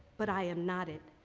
but i am not it.